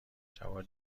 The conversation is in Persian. جواد